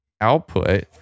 output